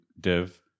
div